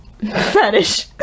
Fetish